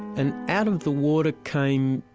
and out of the water came.